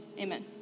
Amen